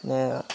যেনে